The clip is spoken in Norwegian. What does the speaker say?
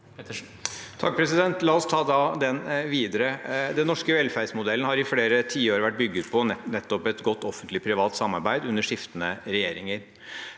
La oss da ta den vide- re. Den norske velferdsmodellen har i flere tiår vært bygd på nettopp et godt offentlig–privat samarbeid, under skiftende regjeringer.